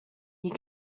you